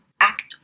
act